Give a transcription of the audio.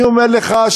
אני אומר לך,